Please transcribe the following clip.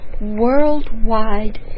worldwide